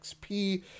XP